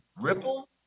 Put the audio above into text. Ripple